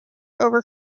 over